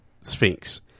Sphinx